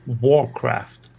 Warcraft